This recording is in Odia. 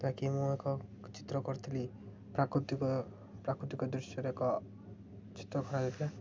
ଯାହା କି ମୁଁ ଏକ ଚିତ୍ର କରିଥିଲି ପ୍ରାକୃତିକ ପ୍ରାକୃତିକ ଦୃଶ୍ୟରେ ଏକ ଚିତ୍ର କରା ଯାଇଥିଲା